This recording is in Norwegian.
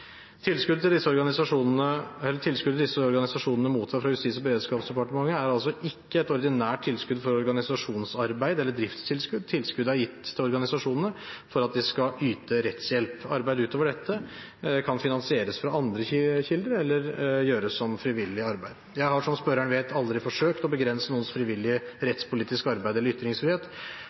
Tilskuddet disse organisasjonene mottar fra Justis- og beredskapsdepartementet, er altså ikke et ordinært tilskudd for organisasjonsarbeid eller driftstilskudd. Tilskuddet er gitt til organisasjonene for at de skal yte rettshjelp. Arbeid utover dette kan finansieres fra andre kilder eller gjøres som frivillig arbeid. Jeg har, som spørreren vet, aldri forsøkt å begrense noens frivillige rettspolitiske arbeid eller ytringsfrihet.